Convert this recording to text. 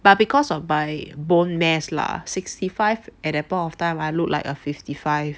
but because of my bone mass lah sixty five at that point of time I look like a fifty five